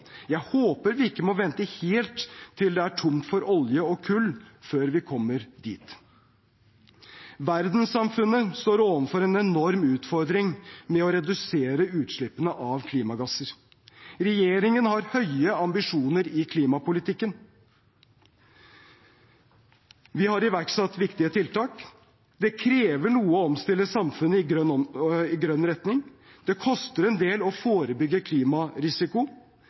Jeg håper vi ikke må vente helt til det er tomt for olje og kull før vi kommer dit. Verdenssamfunnet står overfor en enorm utfordring med å redusere utslippene av klimagasser. Regjeringen har høye ambisjoner i klimapolitikken. Vi har iverksatt viktige tiltak. Det krever noe å omstille samfunnet i grønn retning, det koster en del å forebygge klimarisiko